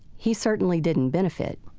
he certainly didn't benefit.